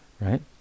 right